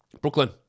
Brooklyn